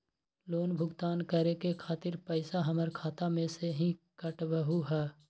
Loan भुगतान करे के खातिर पैसा हमर खाता में से ही काटबहु का?